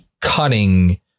cutting